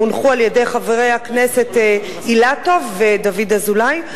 הונחו על-ידי חברי הכנסת אילטוב ודוד אזולאי.